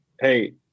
hey